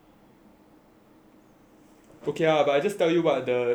ok lah but I'll just tell you about the emails about loh a bit roughly